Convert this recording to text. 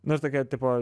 nu ir tokie tipo